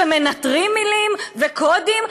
שמנטרים מילים וקודים.